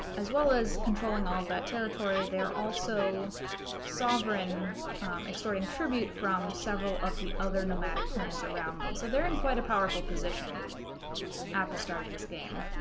as well as controlling all of that territory, they are also sovereign extorting tribute from several of the other nomadic clans around them, so they're in quite a powerful position at the start of this game.